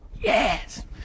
Yes